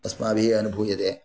अस्माभिः अनुभूयते